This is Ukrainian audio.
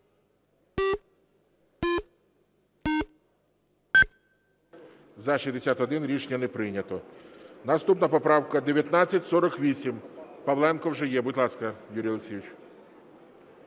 За-61 Рішення не прийнято. Наступна поправка 1948. Павленко вже є. Будь ласка, Юрію Олексійовичу.